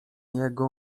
jego